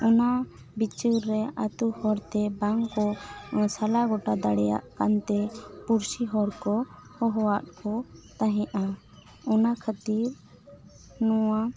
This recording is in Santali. ᱚᱱᱟ ᱵᱤᱪᱟᱹᱨ ᱨᱮ ᱟᱹᱛᱩ ᱦᱚᱲᱛᱮ ᱵᱟᱝ ᱥᱟᱞᱟ ᱜᱚᱴᱟ ᱫᱟᱲᱮᱭᱟᱜ ᱠᱟᱱᱛᱮ ᱯᱩᱲᱥᱤ ᱦᱚᱲ ᱠᱚ ᱦᱚᱦᱚ ᱟᱫ ᱠᱚ ᱛᱟᱦᱮᱸᱫᱼᱟ ᱚᱱᱟ ᱠᱷᱟᱹᱛᱤᱨ ᱱᱚᱣᱟ